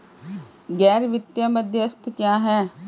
गैर वित्तीय मध्यस्थ क्या हैं?